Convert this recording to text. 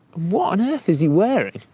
what on earth is he wearing?